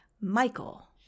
Michael